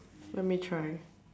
let me try